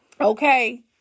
Okay